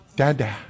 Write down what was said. Dada